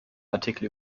artikel